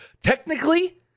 Technically